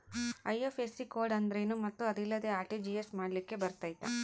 IFSC code ಅಂದ್ರೇನು ಮತ್ತು ಅದಿಲ್ಲದೆ ಆರ್.ಟಿ.ಜಿ.ಎಸ್ ಮಾಡ್ಲಿಕ್ಕೆ ಬರ್ತೈತಾ?